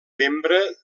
membre